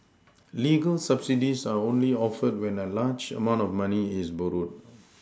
legal subsidies are only offered when a large amount of money is borrowed